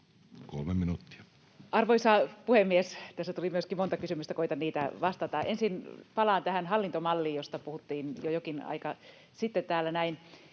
Content: Arvoisa puhemies! Tässä tuli myöskin monta kysymystä. Koetan niihin vastata. Ensin palaan tähän hallintomalliin, josta puhuttiin jo jokin aika sitten täällä näin.